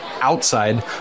outside